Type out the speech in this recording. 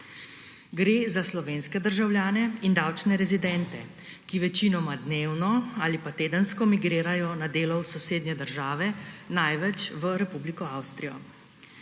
Gre za slovenske državljane in davčne rezidente, ki večinoma dnevno ali pa tedensko migrirajo na delo v sosednje države, največ v Republiko Avstrijo.